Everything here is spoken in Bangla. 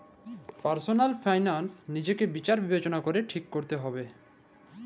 পার্সলাল ফিলালস লিজেকে বিচার বিবেচলা ক্যরে ঠিক ক্যরতে হবেক